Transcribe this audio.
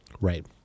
Right